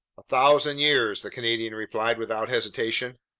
a thousand years, the canadian replied without hesitation.